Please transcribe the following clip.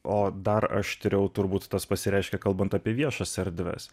o dar aštriau turbūt tas pasireiškia kalbant apie viešas erdves